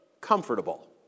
comfortable